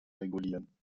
regulieren